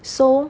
so